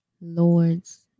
Lord's